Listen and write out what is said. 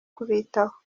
kubitaho